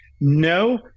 no